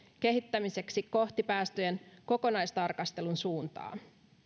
kehittämiseksi kohti päästöjen kokonaistarkastelun suuntaa